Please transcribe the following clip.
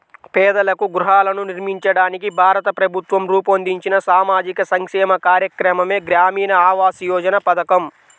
పేదలకు గృహాలను నిర్మించడానికి భారత ప్రభుత్వం రూపొందించిన సామాజిక సంక్షేమ కార్యక్రమమే గ్రామీణ ఆవాస్ యోజన పథకం